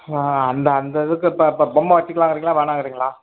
ஆ அந்த அந்த இதுக்கு இப்போ இப்போ பொம்மை வச்சுக்கலாங்குறீங்களா வேணாங்குறீங்களா